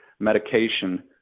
medication